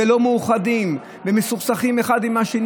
לא מאוחדים ומסוכסכים אחד עם השני,